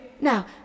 Now